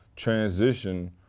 Transition